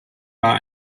war